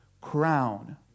crown